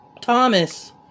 Thomas